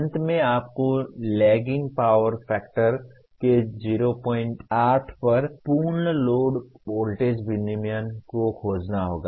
अंत में आपको लैगिंग पावर फैक्टर के 08 पर पूर्ण लोड वोल्टेज विनियमन को खोजना होगा